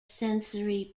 sensory